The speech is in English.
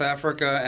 Africa